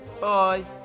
Bye